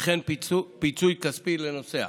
וכן פיצוי כספי לנוסע.